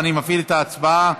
אני מפעיל את ההצבעה.